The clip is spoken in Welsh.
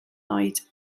oed